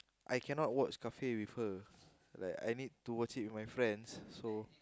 I cannot watch kafir with her like I need to watch it with my friends so